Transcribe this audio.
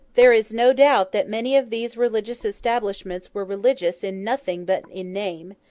there is no doubt that many of these religious establishments were religious in nothing but in name,